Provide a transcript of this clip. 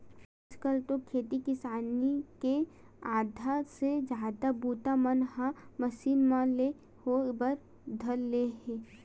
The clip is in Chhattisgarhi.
आज कल तो खेती किसानी के आधा ले जादा बूता मन ह मसीन मन ले होय बर धर ले हे